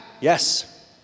Yes